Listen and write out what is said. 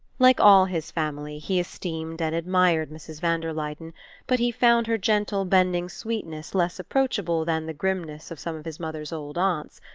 like all his family, he esteemed and admired mrs. van der luyden but he found her gentle bending sweetness less approachable than the grimness of some of his mother's old aunts,